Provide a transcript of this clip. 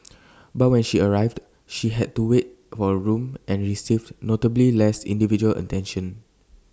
but when she arrived she had to wait for A room and received notably less individual attention